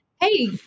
Hey